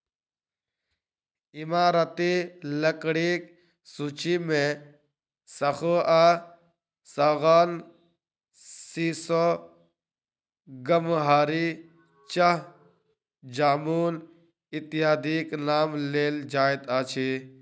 ईमारती लकड़ीक सूची मे सखुआ, सागौन, सीसो, गमहरि, चह, जामुन इत्यादिक नाम लेल जाइत अछि